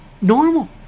normal